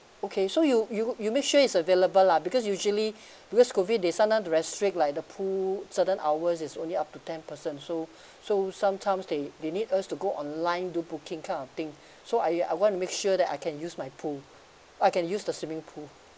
okay so you you you make sure is available lah because usually because COVID they sometimes restrict like the pool certain hours it's only up to ten person so so sometimes they they need us to go online do booking kind of thing so I I want to make sure that I can use my pool I can use the swimming pool